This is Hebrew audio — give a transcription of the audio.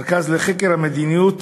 מרכז לחקר המדיניות